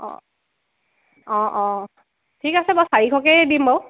অঁ অঁ অঁ ঠিক আছে বাৰু চাৰিশকে দিম বাৰু